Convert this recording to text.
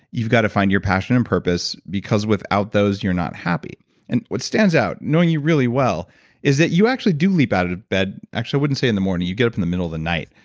you've got to find your passion and purpose, because without those you're not happy and what stands out, knowing you really well is that you actually do leap out of bed, actually i wouldn't say in the morning, you get up in the middle of the night,